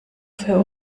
für